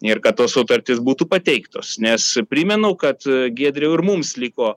ir kad tos sutartys būtų pateiktos nes primenu kad giedriau ir mums liko